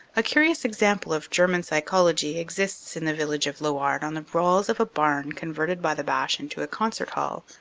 a curious example of german psychology exists in the village of lewarde on the walls of a barn converted by the boche into a concert hall.